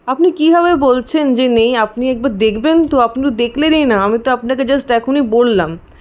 আপনি কীভাবে বলছেন যে নেই আপনি একবার দেখবেন তো আপনি তো দেখলেনই না আমি তো আপনাকে জাস্ট এখনই বললাম